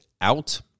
out